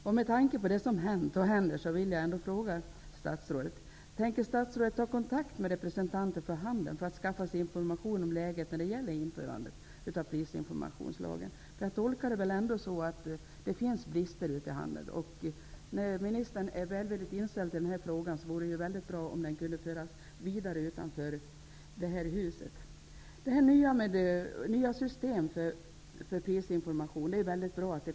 Men med tanke på det som hänt och händer vill jag fråga statsrådet: Tänker statsrådet ta kontakt med representanter för handeln för att skaffa sig information om läget när det gäller tillämpningen av prisinformationslagen? Det är ändå så, att det förekommer brister ute i handeln. När nu ministern är välvilligt inställd i denna fråga, vore det bra om den inställningen kunde föras vidare utanför det här huset. Det är mycket bra att det här nya systemet för prisinformation kommer till stånd.